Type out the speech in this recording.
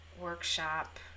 workshop